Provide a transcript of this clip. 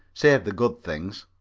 save the good things.